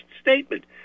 statement